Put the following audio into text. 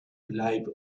live